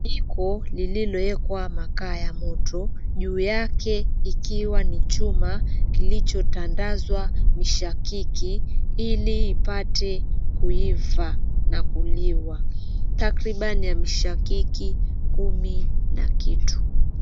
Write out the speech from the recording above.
Jiko lililowekwa makaa ya moto juu yake ikiwa ni chuma kilichotandazwa mishakiki iliipate kuiva na kuliwa takriban ya mishakiki kumi na kitu.